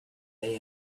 day